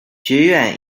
学院